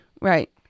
Right